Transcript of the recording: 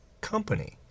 Company